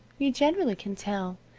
you generally can tell.